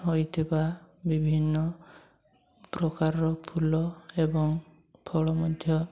ହୋଇଥିବା ବିଭିନ୍ନ ପ୍ରକାରର ଫୁଲ ଏବଂ ଫଳ ମଧ୍ୟ